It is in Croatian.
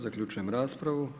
Zaključujem raspravu.